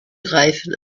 reifen